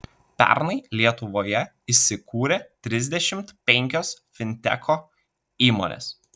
pernai lietuvoje įsikūrė trisdešimt penkios fintecho įmonės